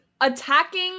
attacking